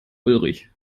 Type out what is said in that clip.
ulrich